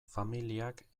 familiak